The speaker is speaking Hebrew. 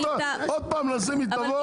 עוד פעם לזימי תבוא,